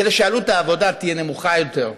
כדי שעלות העבודה תהיה נמוכה יותר.